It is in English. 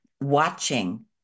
watching